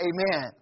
Amen